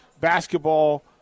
basketball